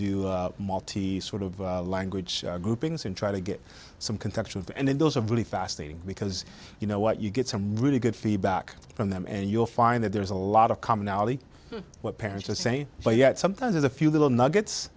do multi sort of language groupings and try to get some conception of and then those are really fascinating because you know what you get some really good feedback from them and you'll find that there's a lot of commonality what parents are saying yet sometimes a few little nuggets